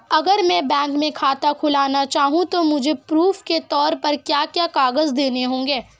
अगर मैं बैंक में खाता खुलाना चाहूं तो मुझे प्रूफ़ के तौर पर क्या क्या कागज़ देने होंगे?